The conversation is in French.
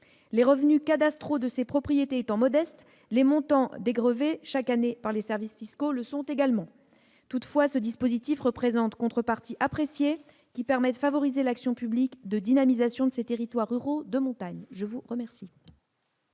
Les revenus cadastraux de ces propriétés étant modestes, les montants dégrevés chaque année par les services fiscaux le sont également. Toutefois, ce dispositif représente une contrepartie appréciée, qui permet de favoriser l'action publique en faveur de la dynamisation de ces territoires ruraux de montagne. Quel